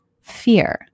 fear